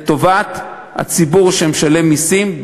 לטובת הציבור שמשלם מסים,